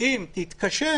אם תתקשה,